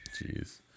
Jeez